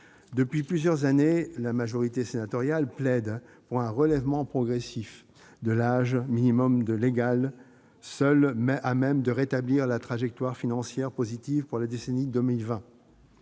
Depuis plusieurs années, la majorité sénatoriale plaide pour un relèvement progressif de l'âge minimum légal de la retraite, seul à même de rétablir une trajectoire financière positive pour la décennie 2020.